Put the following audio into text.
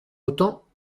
autant